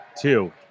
Two